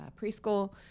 preschool